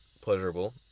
pleasurable